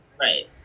Right